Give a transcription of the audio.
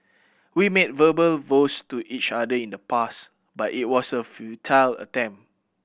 we made verbal vows to each other in the past but it was a futile attempt